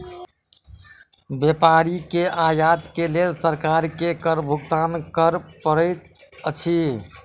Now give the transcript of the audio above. व्यापारी के आयत के लेल सरकार के कर भुगतान कर पड़ैत अछि